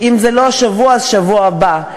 אם לא השבוע, בשבוע הבא.